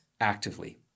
actively